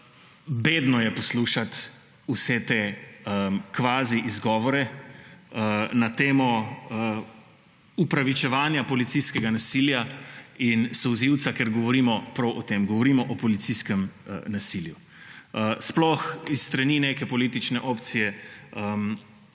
bedno je poslušati vse te kvazi izgovore na temo upravičevanja policijskega nasilja in solzivca, ker govorimo prav o tem. Govorimo o policijskem nasilju. Sploh s strani neke politične opcije,